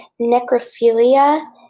necrophilia